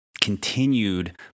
continued